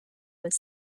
was